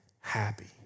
happy